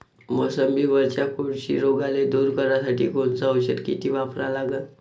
मोसंबीवरच्या कोळशी रोगाले दूर करासाठी कोनचं औषध किती वापरा लागन?